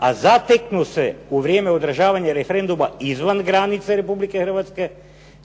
a zateknu se u vrijeme održavanja referenduma izvan granice Republike Hrvatske,